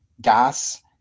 GAS